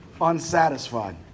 unsatisfied